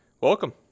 welcome